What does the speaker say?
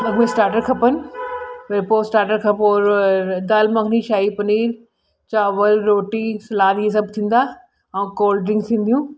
अॻ में स्टार्टर खपनि वरी पोइ स्टार्टर खां पोइ दालि मखनी शाही पनीर चावल रोटी सलाद इहे सभु थींदो आहे ऐं कोल्ड ड्रिंक्स थींदियूं